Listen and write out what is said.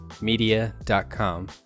media.com